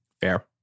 Fair